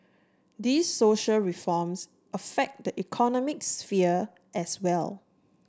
these social reforms affect the economic sphere as well